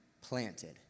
planted